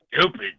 stupid